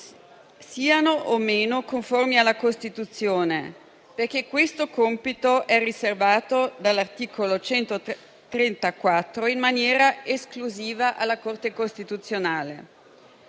siano o meno conformi alla Costituzione, perché questo compito è riservato dall'articolo 134 in maniera esclusiva alla Corte costituzionale».